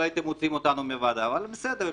לא הייתם מוציאים אותנו מהוועדה אבל בסדר,